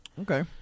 Okay